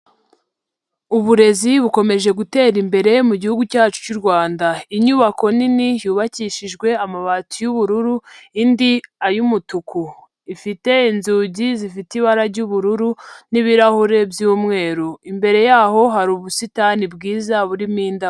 Uburezi bukomeje gutera imbere mu gihugu cyacu cy'u Rwanda. Inyubako nini yubakishijwe amabati y'ubururu, indi ay'umutuku. ifite inzugi zifite ibara ry'ubururu n'ibirahure by'umweru. Imbere yaho hari ubusitani bwiza burimo indabo.